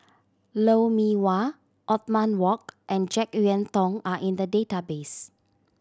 Lou Mee Wah Othman Wok and Jek Yeun Thong are in the database